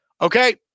Okay